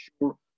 sure